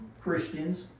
Christians